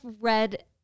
read